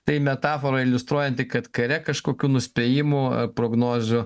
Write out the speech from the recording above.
tai metafora iliustruojanti kad kare kažkokių nuspėjimų prognozių